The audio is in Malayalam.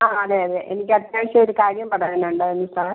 ആ അതെ അതെ എനിക്ക് അത്യാവശ്യം ഒരു കാര്യം പറയാനുണ്ടായിരുന്നു സാർ